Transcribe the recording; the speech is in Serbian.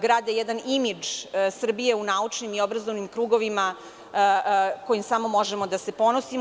Grade jedan imidž Srbije u naučnim i obrazovnim krugovima kojima samo možemo da se ponosimo.